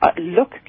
look